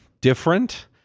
different